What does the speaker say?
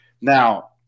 Now